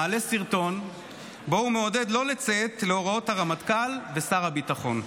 מעלה סרטון שבו הוא מעודד לא לציית להוראות הרמטכ"ל ושר הביטחון.